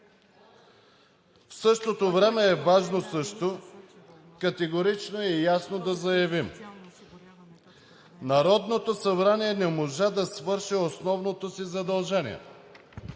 В същото време е важно също категорично и ясно да заявим: Народното събрание не можа да свърши основното си задължение